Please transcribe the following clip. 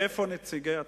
איפה נציגי הציבור?